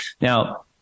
Now